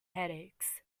headaches